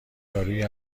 دارویی